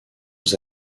aux